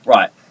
Right